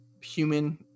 human